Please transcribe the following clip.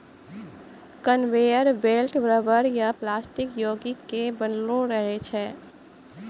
conveyor belt rubber या plastic योगिक के बनलो रहै छै